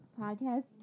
podcast